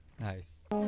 Nice